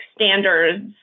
standards